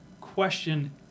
question